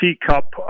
teacup